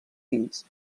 fills